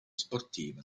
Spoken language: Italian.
sportiva